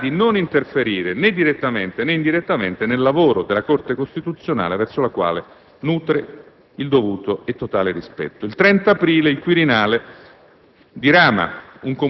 della necessità di non interferire né direttamente né indirettamente nel lavoro della Corte costituzionale, verso la quale nutre il dovuto e totale rispetto». Il 30 aprile, il Quirinale